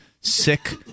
sick